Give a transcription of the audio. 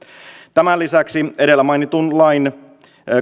tämän lisäksi edellä mainitun lain